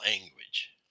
language